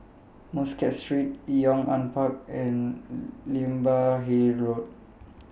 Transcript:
Muscat Street Yong An Park and Imbiah Hill Road